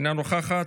אינה נוכחת,